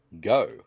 go